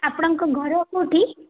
ଆପଣଙ୍କ ଘର କୋଉଠି